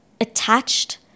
attached